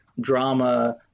drama